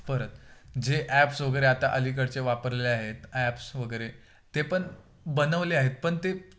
परत जे ॲप्स वगैरे आता अलीकडचे वापरले आहेत ॲप्स वगैरे ते पण बनवले आहेत पण ते